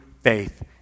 faith